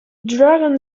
dragon